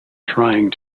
trying